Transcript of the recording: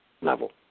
level